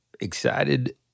excited